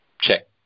check